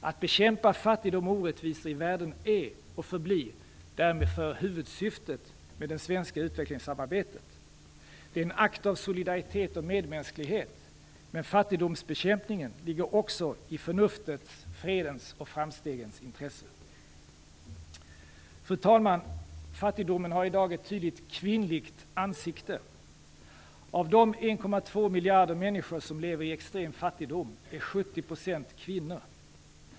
Att bekämpa fattigdom och orättvisor i världen är, och förblir, därför huvudsyftet med det svenska utvecklingssamarbetet. Det är en akt att solidaritet och medmänsklighet, men fattigdomsbekämpningen ligger också i förnuftets, fredens och framstegens intresse. Fru talman! Fattigdomen har i dag ett tydligt kvinnligt ansikte. Av de 1,2 miljarder människor som lever i extrem fattigdom är 70 % kvinnor.